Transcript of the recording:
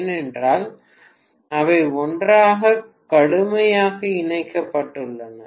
ஏனென்றால் அவை ஒன்றாக கடுமையாக இணைக்கப்பட்டுள்ளன